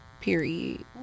Period